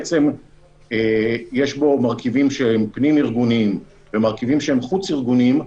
שיש בו מרכיבים שהם פנים-ארגוניים ומרכיבים שהם חוץ-ארגוניים,